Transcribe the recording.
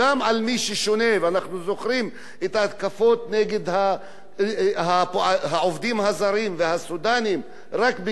ואנחנו זוכרים את ההתקפות נגד העובדים הזרים והסודנים רק בגלל צבע עורם.